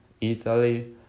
Italy